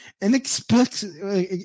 Inexplicable